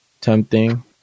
tempting